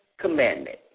commandment